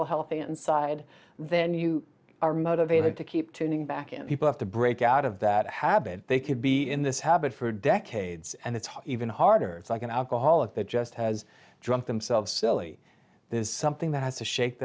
feel healthy inside then you are motivated to keep tuning back and people have to break out of that habit they could be in this habit for decades and it's even harder like an alcoholic that just has drunk themselves silly there's something that has to shake